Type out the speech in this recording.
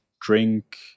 drink